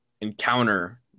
encounter